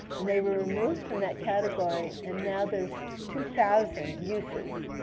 and they removed from that category, and now there's two thousand uses.